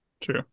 True